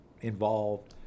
involved